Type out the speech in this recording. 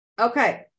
Okay